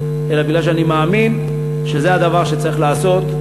אלא כי אני מאמין שזה הדבר שצריך לעשות,